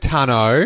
Tano